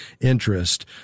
interest